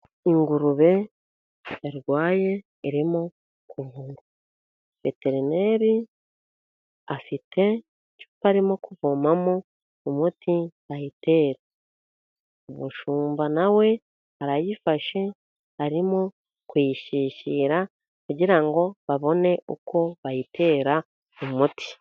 Ingurube yarwaye irimo kuvurwa. Veterineri afite icupa arimo kuvomamo umuti ayitera. Umushumba na we arayifashe arimo kuyishyishyira kugira ngo babone uko bayitera umuti.